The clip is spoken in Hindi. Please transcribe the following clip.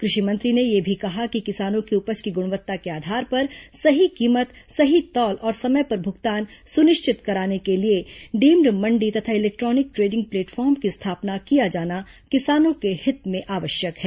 कृषि मंत्री ने यह भी कहा कि किसानों की उपज की गुणवत्ता के आधार पर सही कीमत सही तौल और समय पर भुगतान सुनिश्चित कराने के लिए डीम्ड मण्डी तथा electronic trading platform की स्थापना किया जाना किसानों के हित में आवश्यक है